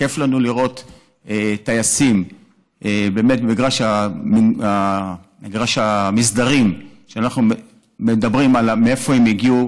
כיף לנו לראות טייסים במגרש המסדרים כשאנחנו מדברים על מאיפה הם הגיעו,